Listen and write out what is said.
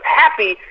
happy